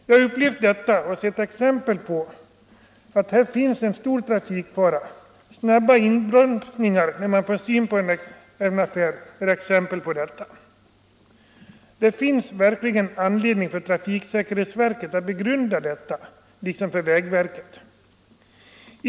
Jag har upplevt detta och sett exempel på att det kan utgöra en stor trafikfara — snabba inbromsningar när man får syn på en affär är ett sådant exempel. Det finns verkligen anledning för trafiksäkerhetsverket och även för 115 vägverket att begrunda detta.